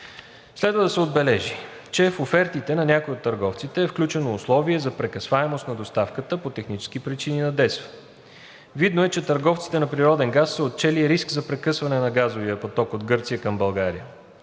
Следва да се отбележи, че в офертите на някои от търговците е включено условие за прекъсваемост на доставката по технически причини на DESFA. Видно е, че търговците на природен газ са отчели риск за прекъсване на газовия поток от Гърция към България.